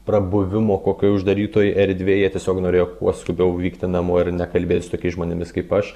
prabuvimo kokioj uždarytoj erdvėj jie tiesiog norėjo kuo skubiau vykti namo ir nekalbėt su tokiais žmonėmis kaip aš